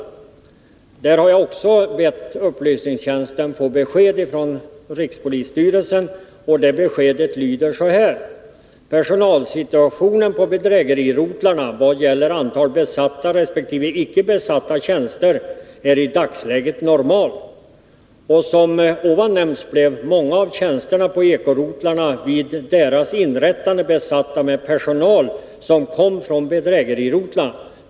På den punkten har jag också bett upplysningstjäns ten om besked från rikspolisstyrelsen, och det beskedet lyder så här: ”Personalsituationen på bedrägerirotlarna är i dagsläget ”normal'. Som ovan nämnts blev många av tjänsterna på ekorotlarna vid deras inrättande besatta med personal som kom från bedrägerirotlarna.